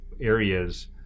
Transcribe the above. areas